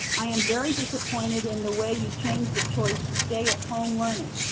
i am very disappointed in the way you change the choice to stay at home learning.